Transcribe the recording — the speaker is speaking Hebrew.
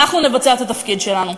אנחנו נבצע את התפקיד שלנו.